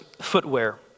footwear